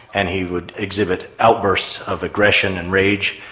and he would exhibit outbursts of aggression and rage,